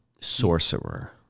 sorcerer